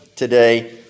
today